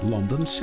London